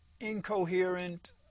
incoherent